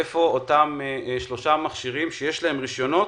איפה אותם שלושה מכשירים שיש עבורם רישיונות,